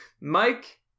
Mike